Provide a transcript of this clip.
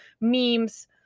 memes